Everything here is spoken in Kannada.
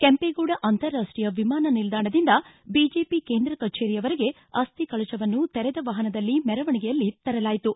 ಕೆಂಪೇಗೌಡ ಅಂತಾರಾಷ್ವೀಯ ವಿಮಾನ ನಿಲ್ದಾಣದಿಂದ ಬಿಜೆಪಿ ಕೇಂದ್ರ ಕಚೇರಿಯವರೆಗೆ ಅಸ್ತಿ ಕಳಶವನ್ನು ತೆರೆದ ವಾಹನದಲ್ಲಿ ಮೆರವಣಿಗೆಯಲ್ಲಿ ತರಲಾಯಿತು